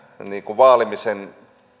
vaalimisen